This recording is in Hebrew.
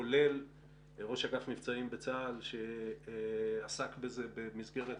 כולל ראש אגף מבצעים בצה"ל שעסק בזה במסגרת